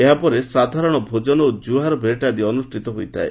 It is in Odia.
ଏହା ପରେ ସାଧାରଶ ଭୋକନ ଓ ଜୁହାର ଭେଟ୍ ଆଦି ଅନୁଷ୍ଠିତ ହୋଇଥାଏ